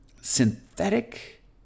synthetic